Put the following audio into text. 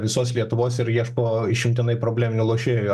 visos lietuvos ir ieško išimtinai probleminių lošėjų